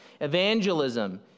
Evangelism